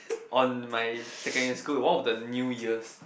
on my second year school all of the new years